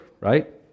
right